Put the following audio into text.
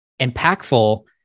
impactful